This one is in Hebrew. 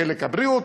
חלק הבריאות,